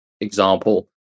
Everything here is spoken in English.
example